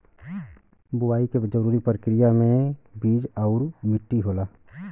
बुवाई के जरूरी परकिरिया में बीज आउर मट्टी होला